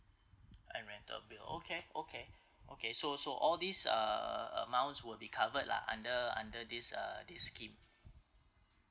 and rental bill okay okay okay so so all these uh amounts will be covered lah under under this uh this scheme